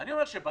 אני אומר שבנוהל